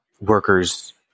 workers